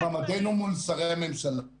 עכשיו נעיר לגבי מעמדנו מול שרי הממשלה,